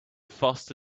fast